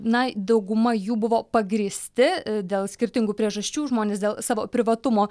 na dauguma jų buvo pagrįsti dėl skirtingų priežasčių žmonės dėl savo privatumo